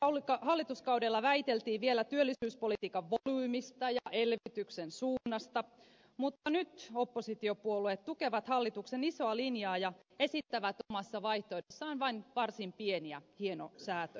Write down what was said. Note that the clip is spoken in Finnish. edellisellä hallituskaudella väiteltiin vielä työllisyyspolitiikan volyymistä ja elvytyksen suunnasta mutta nyt oppositiopuolueet tukevat hallituksen isoa linjaa ja esittävät omassa vaihtoehdossaan vain varsin pieniä hienosäätöjä